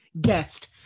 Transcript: guest